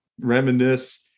reminisce